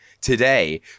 today